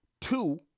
Two